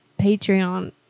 Patreon